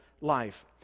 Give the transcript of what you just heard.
life